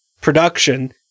production